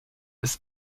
ist